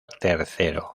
tercero